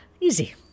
easy